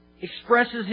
expresses